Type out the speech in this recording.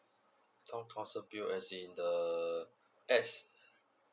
town council bill as in err S